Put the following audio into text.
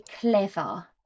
clever